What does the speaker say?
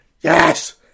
Yes